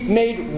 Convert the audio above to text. made